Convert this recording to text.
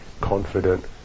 confident